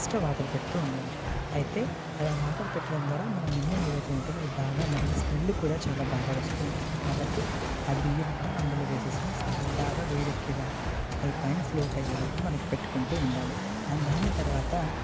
extra water పెడుతు ఉండాలి అయితే అలా వాటర్ పెట్టడం ద్వారా మన బియ్యం ఏదయితే ఉంటుందో అది బాగా మరిగి స్మెల్లు కూడా చాలా బాగా వస్తు ఉంటుంది కాబట్టి ఆ బియ్యం కూడా అందులో వేసుకొని అది బాగా వేడెక్కెదాకా అది ఫ్లోట్ అయ్యే వరకు మనం పెట్టుకుంటు ఉండాలి అని దాని తర్వాత